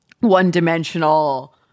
one-dimensional